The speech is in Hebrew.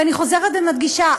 ואני חוזרת ומדגישה,